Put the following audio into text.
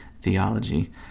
theology